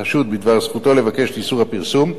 החשוד בדבר זכותו לבקש את איסור הפרסום,